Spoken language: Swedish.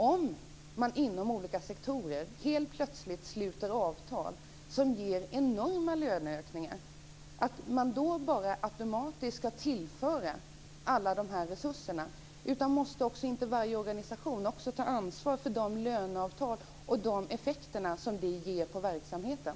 Om man inom olika sektorer helt plötsligt sluter avtal som ger enorma löneökningar, anser då Centerpartiet att vi automatiskt ska tillföra de resurserna? Måste inte också varje organisation ta ansvar för löneavtalen och de effekter de ger på verksamheten?